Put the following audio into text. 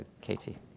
Katie